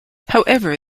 however